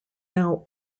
now